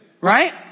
right